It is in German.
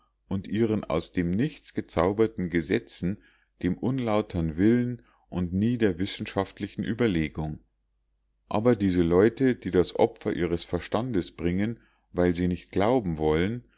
und ihren aus dem nichts gezauberten gesetzen dem unlautern willen und nie der wissenschaftlichen überlegung aber diese leute die das opfer ihres verstandes bringen weil sie nicht glauben wollen